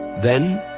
then,